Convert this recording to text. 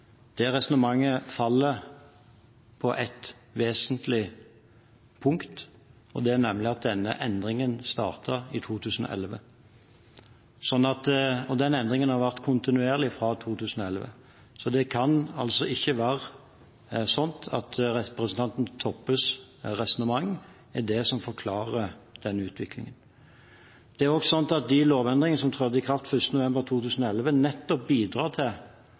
Det resonnementet faller på ett vesentlig punkt, det er at denne endringen startet i 2011, og den endringen har vært kontinuerlig fra 2011. Det kan ikke være slik at representanten Toppes resonnement er det som forklarer denne utviklingen. Det er også slik at de lovendringene som trådte i kraft 1. november 2011, nettopp bidrar til